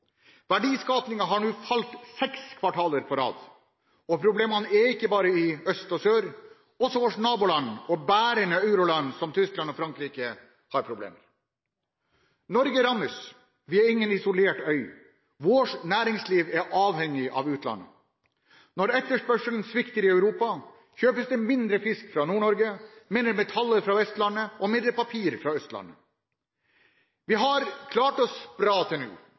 Verdiskapingen har nå falt seks kvartaler på rad. Problemene er ikke bare i øst og sør. Også våre naboland, og bærende euroland som Tyskland og Frankrike, har problemer. Norge rammes. Vi er ingen isolert øy. Vårt næringsliv er avhengig av utlandet. Når etterspørselen svikter i Europa, kjøpes det mindre fisk fra Nord-Norge, mindre metaller fra Vestlandet og mindre papir fra Østlandet. Vi har klart oss bra til nå.